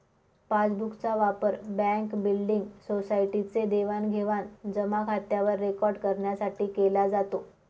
passbook चा वापर bank, building, society चे देवाणघेवाण जमा खात्यावर रेकॉर्ड करण्यासाठी केला जातो